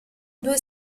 due